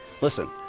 Listen